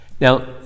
Now